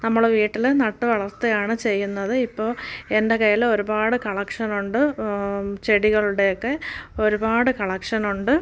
നമ്മളുടെ വീട്ടിലും നട്ടു വളർത്തുകയാണ് ചെയ്യുന്നത് ഇപ്പോൾ എൻ്റെ കയ്യിൽ ഒരുപാട് കളക്ഷനുകളുണ്ട് ചെടികളുടെയൊക്കെ ഒരുപാട് കളക്ഷനുണ്ട്